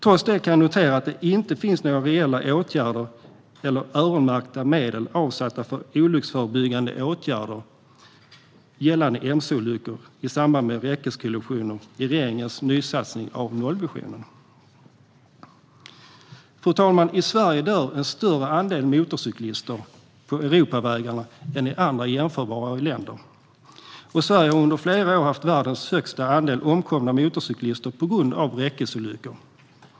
Trots det kan jag notera att det i regeringens nysatsning på nollvisionen inte finns några reella åtgärder eller öronmärkta medel avsatta för olycksförebyggande åtgärder gällande mc-olyckor i samband med räckeskollisioner. Fru talman! I Sverige dör en större andel motorcyklister på Europavägarna än i andra jämförbara länder, och Sverige har under flera år haft världens högsta andel motorcyklister som omkommit på grund av räckesolyckor.